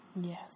Yes